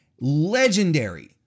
legendary